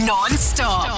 Non-stop